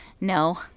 No